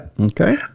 Okay